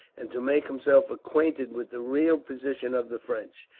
and to make himself acquainted with the real position of the french.